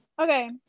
okay